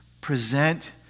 present